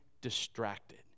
distracted